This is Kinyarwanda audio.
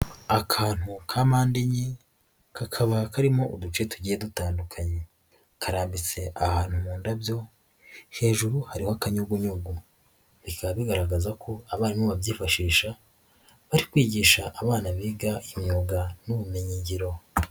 Akantu ka mpande enye kakaba karimo uduce tugiye dutandukanye, karambitse ahantu mu ndabyo hejuru hari akanyayugunyugu bikaba bigaragaza ko abarimu babyifashisha bari kwigisha abana biga imyuga n'ubumenyingiro.